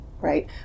right